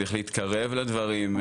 צריך להתקרב לדברים,